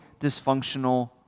dysfunctional